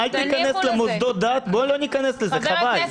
אל תיכנס למוסדות דת, בואו לא ניכנס לזה, חבל.